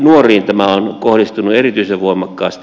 nuoriin tämä on kohdistunut erityisen voimakkaasti